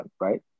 right